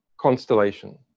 constellation